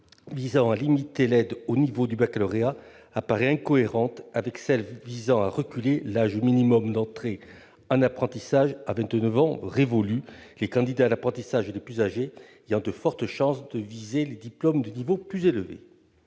visant à limiter l'aide au niveau du baccalauréat apparaît incohérente avec celle visant à reculer l'âge maximum d'entrée en apprentissage à vingt-neuf ans révolus, les candidats à l'apprentissage les plus âgés ayant de fortes chances de viser les diplômes de niveau plus élevé.